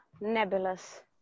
nebulous